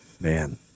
Man